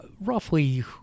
roughly